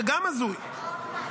גם זה הזוי -- רוטמן,